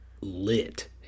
lit